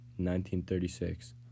1936